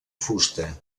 fusta